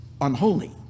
unholy